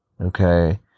Okay